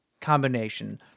combination